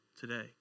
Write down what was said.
today